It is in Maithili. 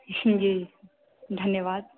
जी धन्यवाद